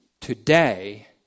today